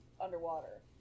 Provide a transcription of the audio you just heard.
underwater